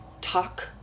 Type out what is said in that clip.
talk